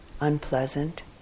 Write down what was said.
unpleasant